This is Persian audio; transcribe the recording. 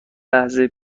لحظه